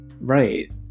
Right